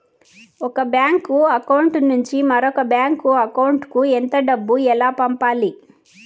ఒక bank account నుంచి మరొక బ్యాంకు అకౌంట్ కు ఎంత డబ్బు ఎలా పంపాలి